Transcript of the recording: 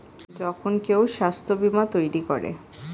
যখন কেউ স্বাস্থ্য বীমা তৈরী করে